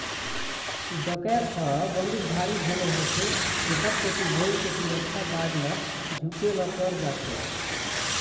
डकैत ह बंदूकधारी घलोक होथे तेखर सेती बेंक के सुरक्छा गार्ड ल झूके ल पर जाथे